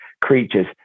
creatures